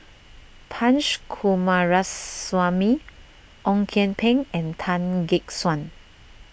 Punch Coomaraswamy Ong Kian Peng and Tan Gek Suan